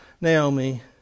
Naomi